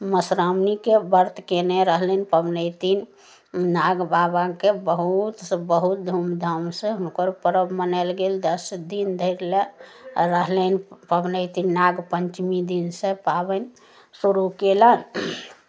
मधुश्रावनीके व्रत केने रहलनि पबनैतिन नाग बाबाके बहुतसँ बहुत धूमधामसँ हुनकर पर्व मनाएल गेल दस दिन धैर लऽ आ रहलैन पबनैतिन नाग पंचमी दिन से पाबैन शुरू केलैन